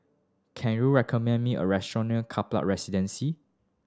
can you recommend me a restaurant near Kaplan Residence